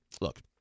Look